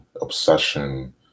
obsession